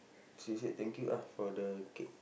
she said thank you ah for the cake